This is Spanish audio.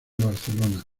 barcelona